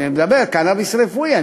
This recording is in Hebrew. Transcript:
אני מדבר על קנאביס רפואי.